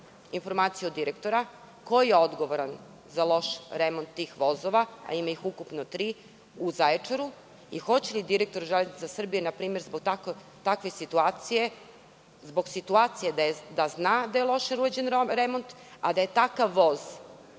informaciju od direktora, ko je odgovoran za loš remont tih vozova, a ima ih ukupno tri u Zaječaru, i hoće li direktor „Železnica Srbije“ npr, zbog takve situacije, zbog situacije da je loše urađen remont, a da je takav voz